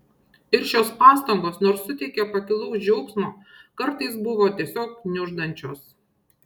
ir šios pastangos nors suteikė pakilaus džiaugsmo kartais buvo tiesiog gniuždančios